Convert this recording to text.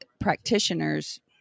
practitioners